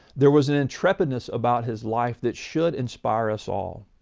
there was an intrepidness about his life that should inspire us all.